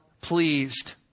pleased